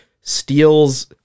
steals